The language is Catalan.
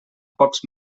pocs